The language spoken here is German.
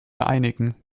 einigen